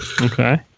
Okay